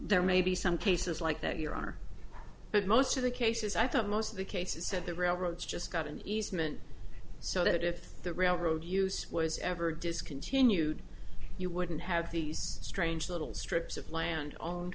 there may be some cases like that your honor but most of the cases i thought most of the cases said the railroads just got an easement so that if the railroad use was ever discontinued you wouldn't have these strange little strips of land o